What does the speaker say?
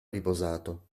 riposato